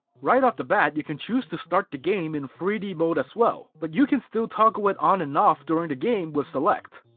right off the bat you can choose to start the game in three d mode as well, but you can still toggle it on and off during the game with select.